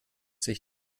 sich